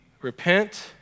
Repent